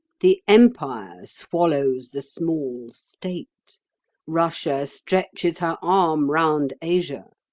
the empire swallows the small state russia stretches her arm round asia.